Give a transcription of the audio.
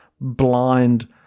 blind